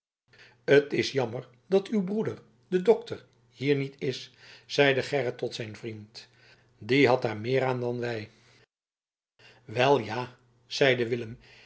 t is jammer dat uw broeder de dokter hier niet is zeide gerrit tot zijn vriend die had daar meer aan dan wij wel ja zeide willem